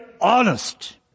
honest